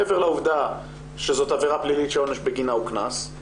מעבר לעובדה שזאת עבירה פלילית שהעונש בגינה הוא קנס,